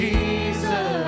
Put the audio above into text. Jesus